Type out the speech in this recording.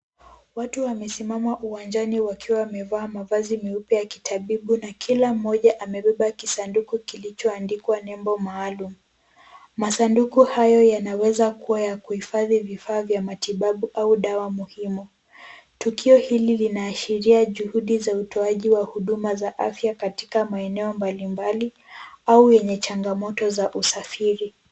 Watu wamesimama uwanjani wakiwa wamevaa mavazi meupe ya kitabibu na kila mmoja amebeba kisanduku kilichoandikwa nembo maalum. Masanduku hayo yanaweza kuwa ya kuhifadhi vifaa vya matibabu au dawa muhimu. Tukio hili linaashiria juhudi za utoaji wa huduma za afya katika maeneo mbalimbali au yenye changamoto za usafiri.